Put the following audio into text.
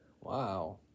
wow